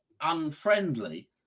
unfriendly